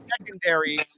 secondary